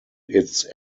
its